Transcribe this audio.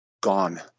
Gone